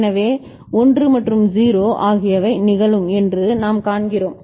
எனவே 1 மற்றும் 0 ஆகியவை நிகழும் என்று நாம் காண்கிறோம்